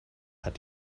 hat